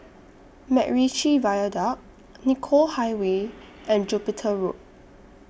Macritchie Viaduct Nicoll Highway and Jupiter Road